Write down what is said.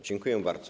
Dziękuję bardzo.